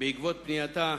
בעקבות פנייתה